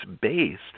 based